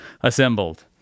assembled